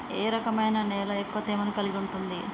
ఏ రకమైన నేల ఎక్కువ తేమను కలిగుంటది?